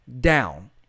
down